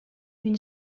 une